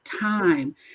time